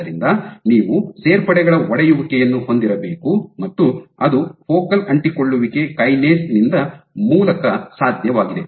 ಆದ್ದರಿಂದ ನೀವು ಸೇರ್ಪಡೆಗಳ ಒಡೆಯುವಿಕೆಯನ್ನು ಹೊಂದಿರಬೇಕು ಮತ್ತು ಅದು ಫೋಕಲ್ ಅಂಟಿಕೊಳ್ಳುವಿಕೆ ಕೈನೇಸ್ ನ ಮೂಲಕ ಸಾಧ್ಯವಾಗಿದೆ